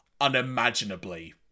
unimaginably